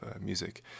music